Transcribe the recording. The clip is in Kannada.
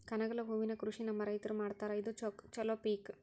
ಕನಗಲ ಹೂವಿನ ಕೃಷಿ ನಮ್ಮ ರೈತರು ಮಾಡತಾರ ಇದು ಚಲೋ ಪಿಕ